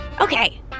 Okay